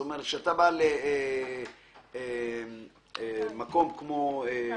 זאת אומרת, כשאתה בא למקום כמו מוזיאונים,